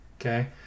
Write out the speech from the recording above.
okay